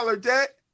debt